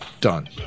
Done